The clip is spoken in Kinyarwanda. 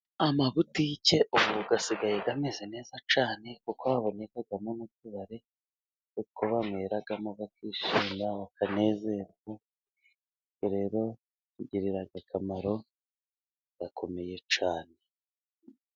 Amabutike ubu asigaye ameze neza cyane kuko habonekamo n'utubare ,utwo banyweramo bakishima bakanezerwa . Rero bigira akamaro gakomeye cyane.